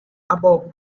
about